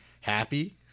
Happy